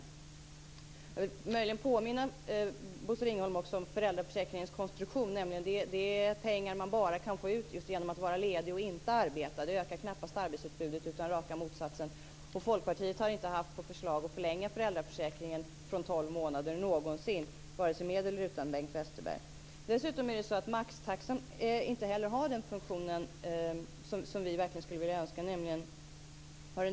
Jag behöver möjligen påminna Bosse Ringholm om föräldraförsäkringens konstruktion. Man får bara ut pengarna genom att vara ledig och inte arbeta, och det ökar knappast arbetskraftsutbudet - tvärtom. Folkpartiet har aldrig någonsin haft på förslag att förlänga föräldraförsäkringen från tolv månader, vare sig med eller utan Bengt Westerberg. Dessutom fyller inte heller maxtaxan den funktion som vi skulle önska.